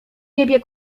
niebie